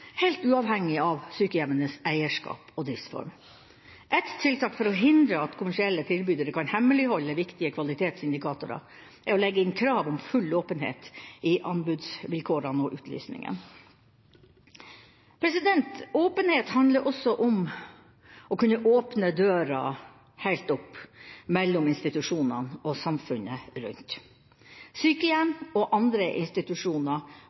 helt uavhengig av sykehjemmenes eierskap og driftsform. Ett tiltak for å hindre at kommersielle tilbydere kan hemmeligholde viktige kvalitetsindikatorer er å legge inn krav om full åpenhet i anbudsvilkårene og utlysningen. Åpenhet handler også om å kunne åpne døra – helt opp – mellom institusjonene og samfunnet rundt. Sykehjem og andre institusjoner